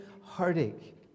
heartache